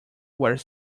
were